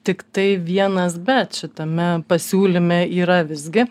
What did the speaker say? tiktai vienas bet šitame pasiūlyme yra visgi